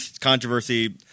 controversy –